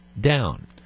down